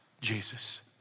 Jesus